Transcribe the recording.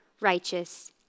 righteous